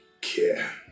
care